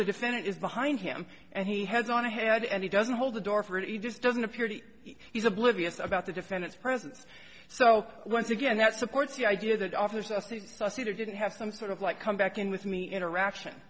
the defendant is behind him and he has gone ahead and he doesn't hold the door for it he just doesn't appear to he's oblivious about the defendant's presence so once again that supports the idea that offers us things so i see they didn't have some sort of like come back in with me interaction